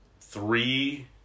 three